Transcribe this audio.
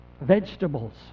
vegetables